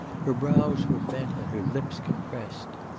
her brows were bent and her lips compressed.